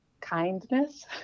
kindness